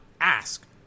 ask